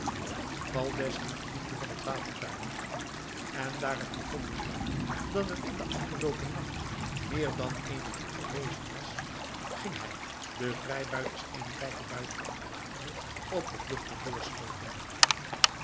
valdez liet de diepte van het water peilen en daar er bevonden werd dat het in den afgeloopen nacht meer dan eenen voet gerezen was ging hij den vrijbuiters eenen rijken buit achterlatende op de vlucht naar voorschoten